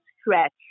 stretch